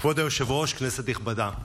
כבוד היושב-ראש, כנסת נכבדה,